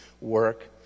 work